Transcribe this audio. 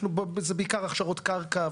זה בעיקר הכשרות קרקע.